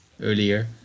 earlier